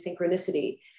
synchronicity